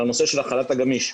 הנושא של החל"ת הגמיש.